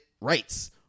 rights